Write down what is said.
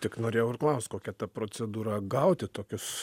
tik norėjau ir klaust kokia ta procedūra gauti tokius